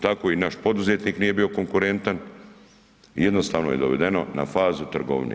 Tako i naš poduzetnik nije bio konkurentan i jednostavno je dovedeno na fazu trgovine.